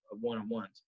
one-on-ones